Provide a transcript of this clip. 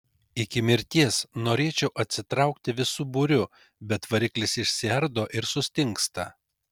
iki mirties norėčiau atsitraukti visu būriu bet variklis išsiardo ir sustingsta